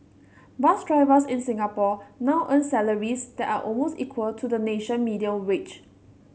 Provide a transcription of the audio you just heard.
bus drivers in Singapore now earn salaries that are almost equal to the national median wage